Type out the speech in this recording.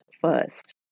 first